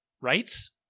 rights